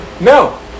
No